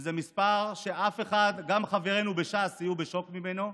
וזה מספר שאף אחד, גם חברינו בש"ס יהיו בשוק ממנו,